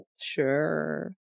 Sure